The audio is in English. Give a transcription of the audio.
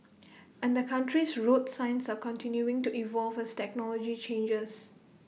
and the country's road signs are continuing to evolve as technology changes